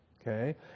okay